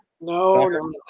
No